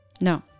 No